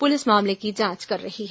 police मामले की जांच कर रही है